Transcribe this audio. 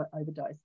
overdose